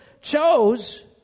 chose